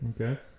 Okay